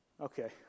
Okay